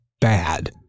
bad